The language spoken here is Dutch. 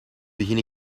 begin